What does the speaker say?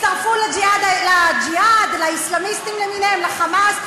שיצטרפו לג'יהאד, לאסלאמיסטים למיניהם, ל"חמאס"?